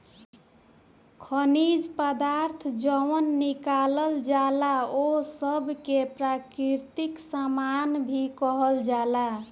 खनिज पदार्थ जवन निकालल जाला ओह सब के प्राकृतिक सामान भी कहल जाला